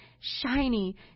shiny